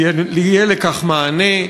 יהיה לכך מענה.